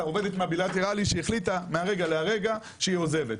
שהחליטה עובדת מהבילטרלי שהחליטה מרגע לרגע שהיא עוזבת.